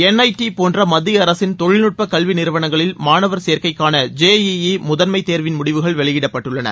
என்ற I T போன்ற மத்திய அரசின் தொழில்நுட்பக் கல்வி நிறுவனங்களில் மாணவர் சேர்க்கைக்கான ஜே இ முதன்மைத் தேர்வின் முடிவுகள் வெளியிடப்பட்டுள்ளன